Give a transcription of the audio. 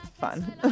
fun